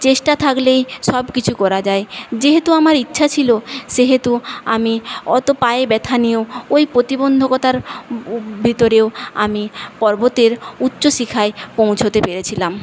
চেষ্টা থাকলেই সব কিছু করা যায় যেহেতু আমার ইচ্ছা ছিল সেহেতু আমি অত পায়ে ব্যথা নিয়েও ওই প্রতিবন্ধকতার ভেতরেও আমি পর্বতের উচ্চ শিখায় পৌঁছোতে পেরেছিলাম